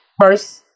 first